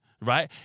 right